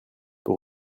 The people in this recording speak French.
pour